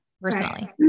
personally